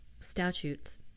Statutes